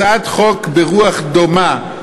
הצעת חוק ברוח דומה,